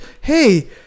hey